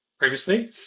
Previously